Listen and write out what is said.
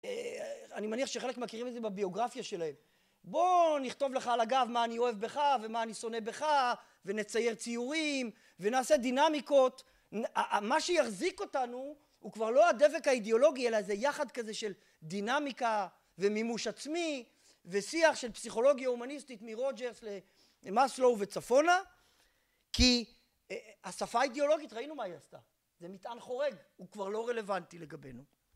אני מניח שחלק מכירים את זה בביוגרפיה שלהם. בוא נכתוב לך על הגב מה אני אוהב בך ומה אני שונא בך, ונצייר ציורים, ונעשה דינמיקות. מה שיחזיק אותנו הוא כבר לא הדבק האידיאולוגי, אלא זה "יחד" כזה של דינמיקה ומימוש עצמי ושיח של פסיכולוגיה הומניסטית מרוג'רס למאסלו וצפונה, כי השפה האידיאולוגית, ראינו מה היא עשתה. זה מטען חורג. הוא כבר לא רלוונטי לגבינו